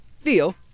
feel